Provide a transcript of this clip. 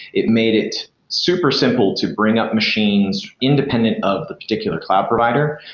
it made it super simple to bring up machines independent of the particular cloud provider.